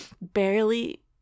barely